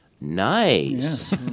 Nice